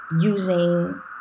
using